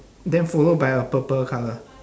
then follow by a purple colour